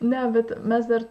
ne bet mes dar